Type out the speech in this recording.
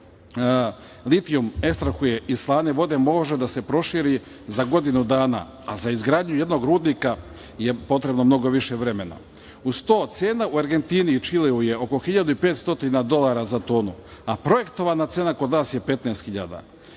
fabrike koja litijum ekstrahuje iz slane vode može da se proširi za godinu dana, a za izgradnju jednog rudnika je potrebno mnogo više vreme. Uz to, cena u Argentini i Čileu je oko 1500 dolara za tonu, a projektovana cena kod nas je 15.000.